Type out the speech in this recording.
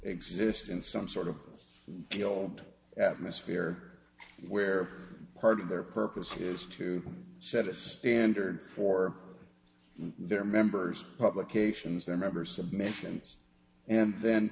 exist in some sort of deal atmosphere where part of their purpose is to set a standard for their members publications their members submissions and then